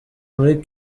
muri